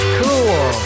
cool